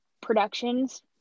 productions